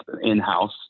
in-house